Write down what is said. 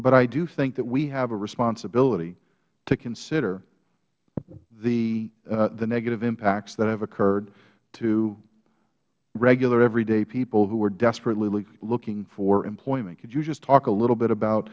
but i do think that we have a responsibility to consider the negative impacts that have occurred to regular everyday people who are desperately looking for employment can you just talk a little bit about